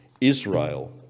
Israel